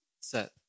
set